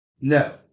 No